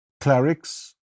clerics